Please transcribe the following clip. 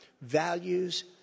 values